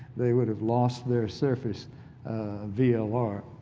they would have lost their surface vlr.